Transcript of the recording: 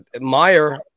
Meyer